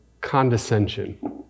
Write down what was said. condescension